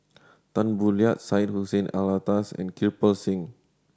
Tan Boo Liat Syed Hussein Alatas and Kirpal Singh